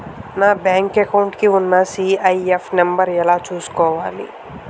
నా bank account కి ఉన్న సి.ఐ.ఎఫ్ నంబర్ ఎలా చూసుకోవాలి?